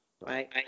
Right